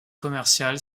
commercial